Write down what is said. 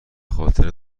خاطر